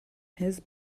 his